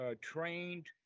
trained